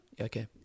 Okay